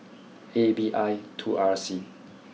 A B I two R C